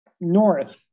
North